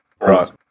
Right